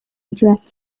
addressed